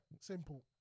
simple